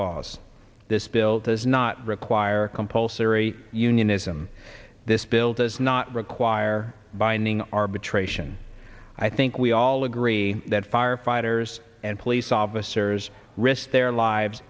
laws this bill does not require compulsory unionism this bill does not require binding arbitration i think we all agree that firefighters and police officers risk their lives